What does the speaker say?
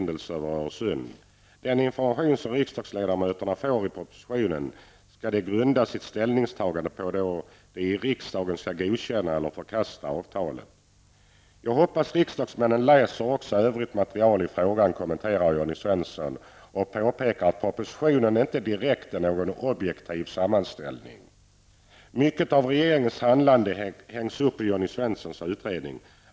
Den information som riksdagsledamöterna får i propositionen skall de grunda sitt ställningstagande på då de i riksdagen skall godkänna -- eller förkasta -- avtalet. Jag hoppas riksdagsmännen läser också övrigt material i frågan, kommenterar Jonny Svensson, och påpekar att propositionen inte direkt är någon objektiv sammanställning. Mycket av regeringens handlande hängs upp på Jonny Svenssons utredning.